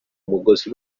umugozi